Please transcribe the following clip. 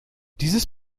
dieses